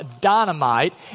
dynamite